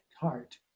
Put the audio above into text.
heart